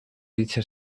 dicha